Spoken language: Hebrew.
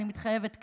אני מתחייבת כאן,